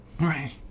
Right